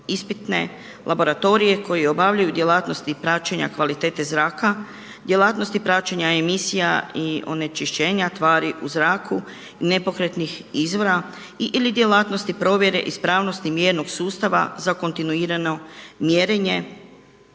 ispitne laboratorije koji obavljaju djelatnosti praćenja kvalitete zraka, djelatnosti praćenja emisija i onečišćenja tvari u zraku, nepokretnih izvora ili djelatnosti provjere ispravnosti mjernog sustava za kontinuirano mjerenje